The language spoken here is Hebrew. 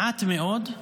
מעט מאוד,